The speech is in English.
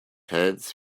hands